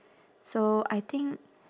so I think